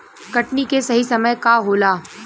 कटनी के सही समय का होला?